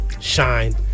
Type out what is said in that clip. shine